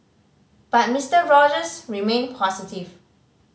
but Mister Rogers remain positive